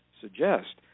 suggest